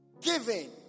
giving